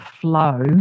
flow